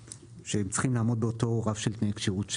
שהם צריכים לעמוד באותו רף של שרים.